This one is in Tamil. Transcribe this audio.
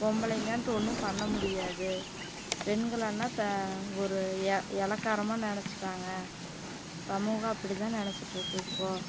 பொம்பளைங்கன்ட்டு ஒன்றும் பண்ண முடியாது பெண்களுன்னால் ஒரு எ இளக்காரமா நினச்சிட்டாங்க சமூகம் அப்படிதான் நினச்சிட்ருக்கு இப்போது